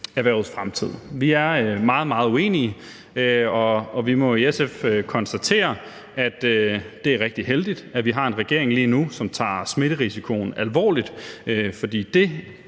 erhvervets fremtid. Vi er meget, meget uenige, og vi må i SF konstatere, at det er rigtig heldigt, at vi har en regering lige nu, som tager smitterisikoen alvorligt. For det